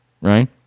right